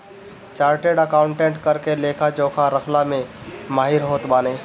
chartered accountant कर के लेखा जोखा रखला में माहिर होत बाने